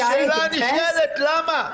והשאלה הנשאלת היא למה?